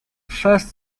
first